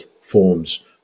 forms